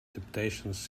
temptations